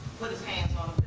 put his hands